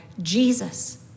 Jesus